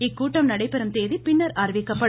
இக்கூட்டம் நடைபெறும் தேதி பின்னர் அறிவிக்கப்படும்